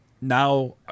now